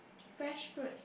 fresh fruit